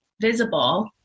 visible